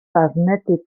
barnetik